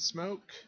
Smoke